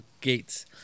gates